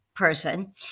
Person